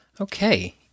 Okay